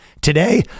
today